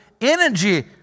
energy